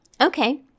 Okay